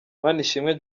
manishimwe